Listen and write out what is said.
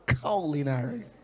culinary